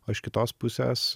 o aš kitos pusės